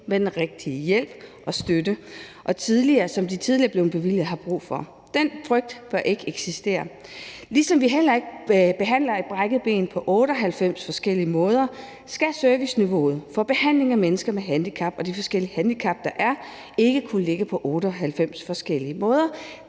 med den hjælp og støtte, som de tidligere har fået bevilget og har brug for. Den frygt bør ikke eksistere. Ligesom vi heller ikke behandler et brækket ben på 98 forskellige måder, skal serviceniveauet for behandling af mennesker med handicap og de forskellige handicap, der er, ikke kunne ligge på 98 forskellige måder.